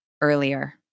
earlier